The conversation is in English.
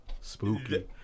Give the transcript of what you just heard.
Spooky